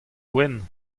gwenn